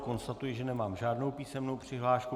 Konstatuji, že nemám žádnou písemnou přihlášku.